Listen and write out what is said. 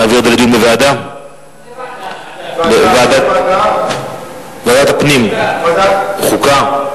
נעביר את זה לדיון בוועדה, ועדת הפנים, חוקה?